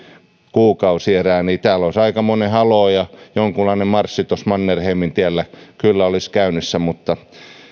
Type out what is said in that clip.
kuukausierää niin täällä olisi aikamoinen haloo ja jonkunlainen marssi tuossa mannerheimintiellä kyllä olisi käynnissä mutta